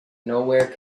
nowhere